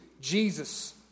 Jesus